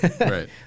Right